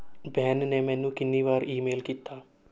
ban ਨੇ ਮੈਨੂੰ ਕਿੰਨੀ ਵਾਰ ਈਮੇਲ ਕੀਤਾ